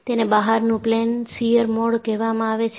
તેને બહારનું plane shear mode કહેવામાં આવે છે